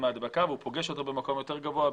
ההדבקה במקום אחר והוא פוגש אותם במקום יותר גבוה,